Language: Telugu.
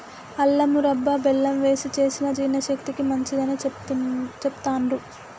అల్లం మురబ్భ బెల్లం వేశి చేసిన జీర్ణశక్తికి మంచిదని చెబుతాండ్రు